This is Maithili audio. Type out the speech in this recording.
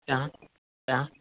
यहाँ यहाँ